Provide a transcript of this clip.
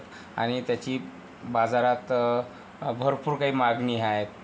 आणि त्याची बाजारात भरपूर काही मागणी आहे